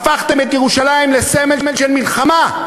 הפכתם את ירושלים לסמל של מלחמה.